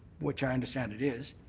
which i understand it is,